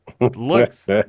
Looks